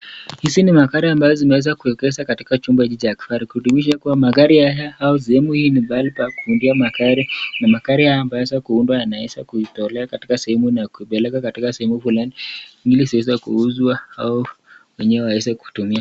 Hizi ni magari ambazo zimeweza kuekeza katika chumba cha kifahari ,kudumisha kua magari haya au sehemu hii ni mahali pa kuundia magari na magari haya yameza kuundwa na yanaweza kutolewa katika sehemu na kuipeleka katika sehemu fulani ili ziwezwe kuuzwa au mwenyewe aweze kutumia.